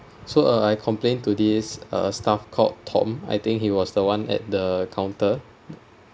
so uh I complained to this uh staff called tom I think he was the one at the counter